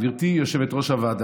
גברתי יושבת-ראש הוועדה,